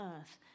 earth